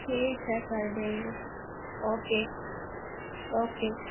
ٹھیک ہے کر دیں گے اوکے اوکے